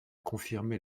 confirmé